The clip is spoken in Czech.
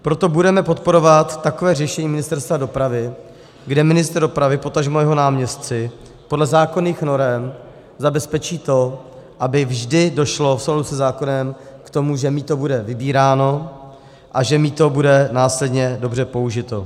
Proto budeme podporovat takové řešení Ministerstva dopravy, kde ministr dopravy, potažmo jeho náměstci podle zákonných norem zabezpečí to, aby vždy došlo v souladu se zákonem k tomu, že mýto bude vybíráno a že mýto bude následně dobře použito.